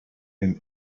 and